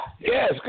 Yes